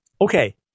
Okay